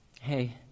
Hey